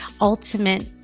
ultimate